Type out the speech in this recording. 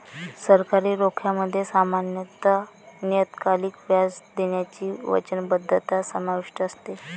सरकारी रोख्यांमध्ये सामान्यत नियतकालिक व्याज देण्याची वचनबद्धता समाविष्ट असते